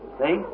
See